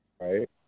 Right